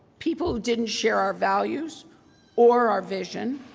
people who didn't share our values or our vision.